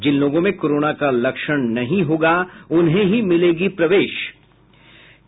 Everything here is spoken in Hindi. जिन लोगों में कोरोना का लक्षण नहीं होंगे उन्हें ही मिलेगी प्रवेश अनुमति